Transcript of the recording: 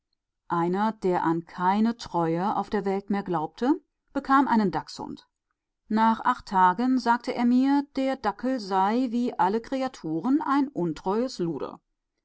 einer der an keine treue auf der welt mehr glaubte bekam einen dachshund nach acht tagen sagte er mir der dackel sei wie alle kreaturen ein untreues luder